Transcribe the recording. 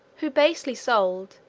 who basely sold,